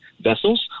vessels